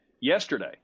yesterday